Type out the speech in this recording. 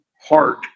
heart